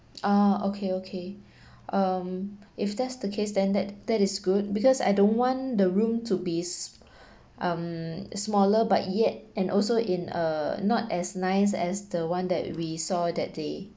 ah okay okay um if that's the case then that that is good because I don't want the room to be um smaller but yet and also in uh not as nice as the one that we saw that day